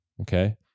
Okay